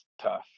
tough